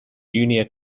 junior